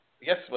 yes